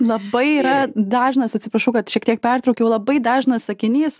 labai yra dažnas atsiprašau kad šiek tiek pertraukiau labai dažnas sakinys